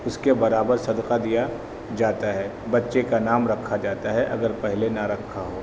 اس کے برابر صدقہ دیا جاتا ہے بچے کا نام رکھا جاتا ہے اگر پہلے نہ رکھا ہو